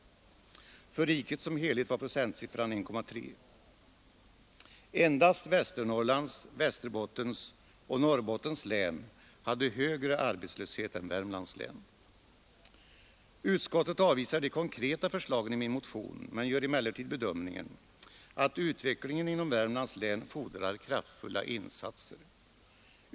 För riket som helhet var procentsatsen 1,3. Endast Västernorrlands, Västerbottens och Norrbottens län hade högre arbetslöshet än Värmlands län. Utskottet avvisar de konkreta förslagen i min motion men gör bedömningen att utvecklingen inom Värmlands län fordrar kraftfulla insatser.